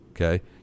Okay